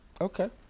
Okay